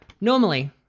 normally